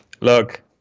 look